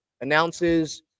announces